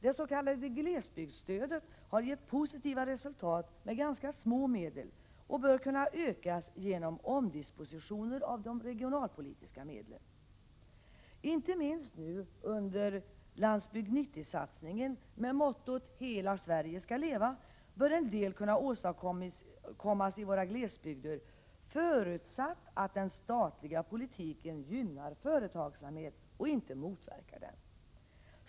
Det s.k. glesbygdsstödet har gett positiva resultat med ganska små medel och bör kunna ökas genom omdispositioner av de regionalpolitiska medlen. Inte minst nu under Landsbygd 90-satsningen med mottot ”Hela Sverige ska leva” bör en del kunna åstadkommas i våra glesbygder, förutsatt att den statliga politiken gynnar företagsamhet och inte motverkar den.